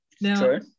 Now